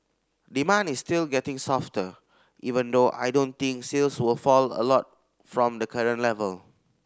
demand is still getting softer even though I don't think sales will fall a lot from the current level